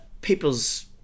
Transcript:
people's